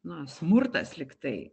na smurtas lyg tai